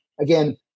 again